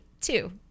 two